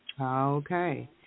Okay